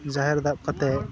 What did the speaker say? ᱡᱟᱦᱮᱨ ᱫᱟᱵ ᱠᱟᱛᱮ